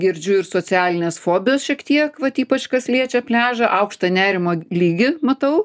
girdžiu ir socialinės fobijos šiek tiek vat ypač kas liečia pliažą aukštą nerimo lygį matau